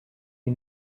you